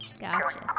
Gotcha